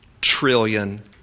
trillion